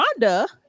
Rhonda